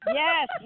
yes